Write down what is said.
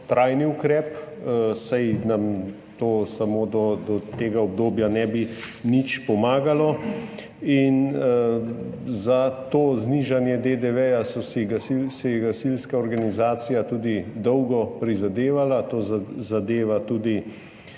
trajni ukrep, saj nam to samo do tega obdobja ne bi nič pomagalo. Za to znižanje DDV si je gasilska organizacija tudi dolgo prizadevala. To zadeva tudi